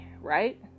Right